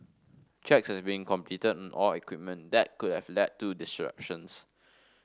checks has been completed on all equipment that could have led to disruptions